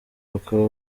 bakaba